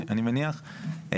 אני מניח,